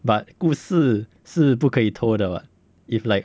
but 故事是不可以偷的 [what] if like